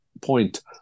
point